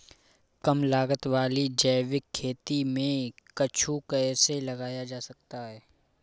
कम लागत वाली जैविक खेती में कद्दू कैसे लगाया जा सकता है?